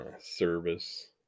service